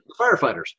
firefighters